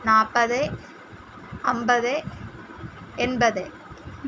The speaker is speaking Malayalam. നാൽപ്പത് അൻപത് എൺപത്